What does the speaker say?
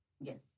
Yes